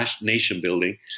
nation-building